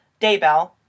Daybell